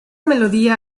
melodía